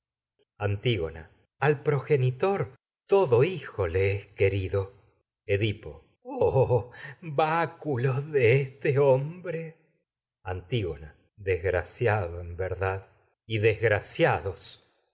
antígona edipo progenitor todo hijo le es querido oh báculos de este hombre en antígona desgraciado edipo tengo todo verdad estimo y desgraciados